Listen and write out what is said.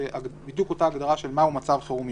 זו בדיוק אותה הגדרה של מה הוא מצב חירום מיוחד.